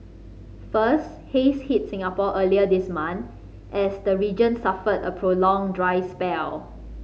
first haze hit Singapore earlier this month as the region suffered a prolonged dry spell